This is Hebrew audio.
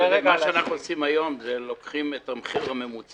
היום אנחנו לוקחים את המחיר הממוצע,